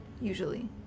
usually